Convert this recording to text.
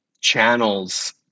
channels